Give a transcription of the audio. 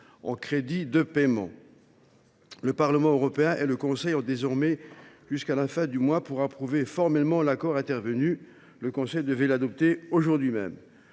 en crédits de paiement. Ces deux institutions ont désormais jusqu’à la fin du mois pour approuver formellement l’accord intervenu. Le Conseil devrait l’adopter aujourd’hui même.